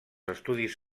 estudis